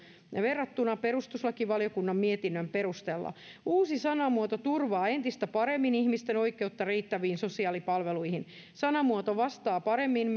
verrattuna perustuslakivaliokunnan mietinnön perusteella uusi sanamuoto turvaa entistä paremmin ihmisten oikeutta riittäviin sosiaalipalveluihin sanamuoto vastaa paremmin